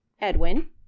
Edwin